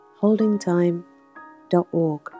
holdingtime.org